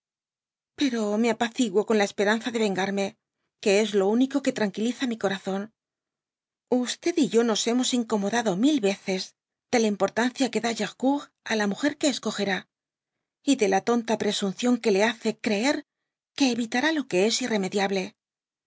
pero me apaciguo con la esperanza de vengarme que es lo único que tranquiliza mi corazón y jo noá hemos incomodado mil veces de la importancia que da gercourt á la muger que escogerá y de la tonta presunción que le hace creer que evitará lo que es irremediable